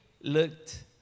looked